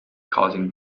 causing